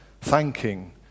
thanking